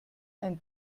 ein